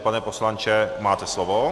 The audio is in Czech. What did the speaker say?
Paní poslanče, máte slovo.